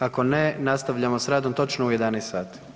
Ako ne, nastavljamo s radom točno u 11 sati.